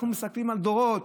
אנחנו מסתכלים על דורות.